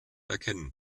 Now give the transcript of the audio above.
erkennen